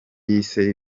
yise